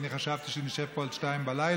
אני חשבתי שנשב פה עד 02:00,